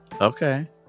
okay